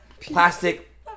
plastic